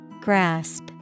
Grasp